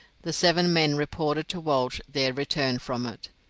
the seven men reported to walsh their return from it.